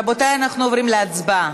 רבותיי, אנחנו עוברים להצבעה.